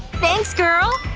thanks, girl!